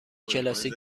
کلاسیک